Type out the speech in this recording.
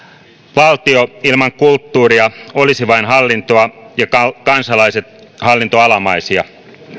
valtio ilman kulttuuria olisi vain hallintoa ja kansalaiset hallintoalamaisia